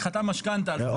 חתם על משכנתה על סמך זה,